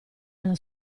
alla